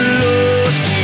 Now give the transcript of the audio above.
lost